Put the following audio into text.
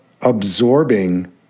absorbing